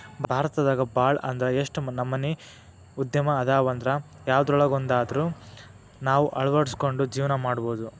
ಭಾರತದಾಗ ಭಾಳ್ ಅಂದ್ರ ಯೆಷ್ಟ್ ನಮನಿ ಉದ್ಯಮ ಅದಾವಂದ್ರ ಯವ್ದ್ರೊಳಗ್ವಂದಾದ್ರು ನಾವ್ ಅಳ್ವಡ್ಸ್ಕೊಂಡು ಜೇವ್ನಾ ಮಾಡ್ಬೊದು